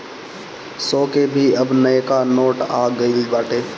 सौ के भी अब नयका नोट आ गईल बाटे